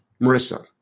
Marissa